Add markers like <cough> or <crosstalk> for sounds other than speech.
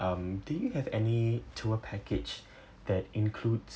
um do you have any tour package <breath> that includes